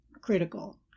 critical